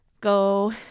go